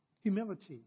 humility